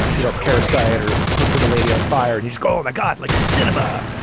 you know, parasite or percher of a lady on fire and he's called a god like cinema.